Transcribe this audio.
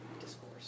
discourse